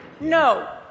No